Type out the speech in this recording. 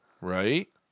Right